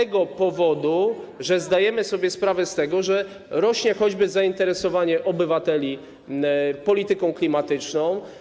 z tego powodu, że zdajemy sobie sprawę z tego, że rośnie choćby zainteresowanie obywateli polityką klimatyczną.